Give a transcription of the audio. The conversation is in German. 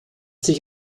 sich